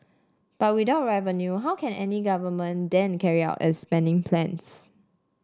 but without revenue how can any government then carry out its spending plans